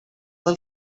del